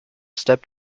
step